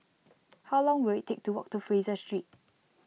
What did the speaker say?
how long will it take to walk to Fraser Street